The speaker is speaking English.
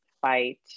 fight